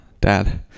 dad